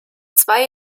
zwei